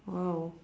!wow!